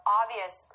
obvious